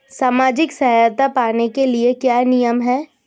सामाजिक सहायता पाने के लिए क्या नियम हैं?